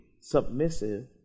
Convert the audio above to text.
submissive